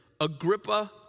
Agrippa